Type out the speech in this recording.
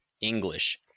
English